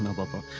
and baba